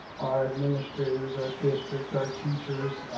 our administrators, our district, our teachers,